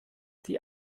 die